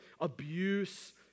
abuse